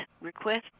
request